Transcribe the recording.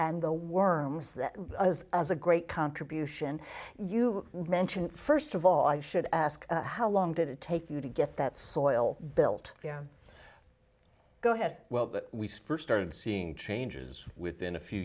and the worms that as a great contribution you mentioned first of all i should ask how long did it take you to get that soil built yeah go ahead well we first started seeing changes within a few